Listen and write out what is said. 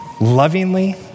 lovingly